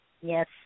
Yes